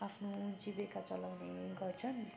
आफ्नो जीविका चलाउने गर्छन्